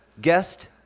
guest